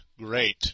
great